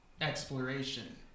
exploration